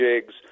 jigs